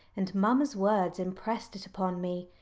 and mamma's words impressed it upon me.